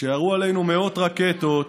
כשירו עלינו מאות רקטות,